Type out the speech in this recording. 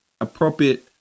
appropriate